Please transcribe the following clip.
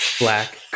Black